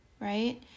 right